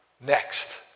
next